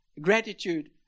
gratitude